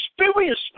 experience